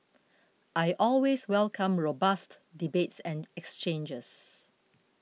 I always welcome robust debates and exchanges